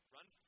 Run